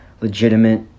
legitimate